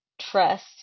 trust